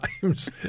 times